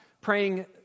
praying